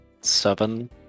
seven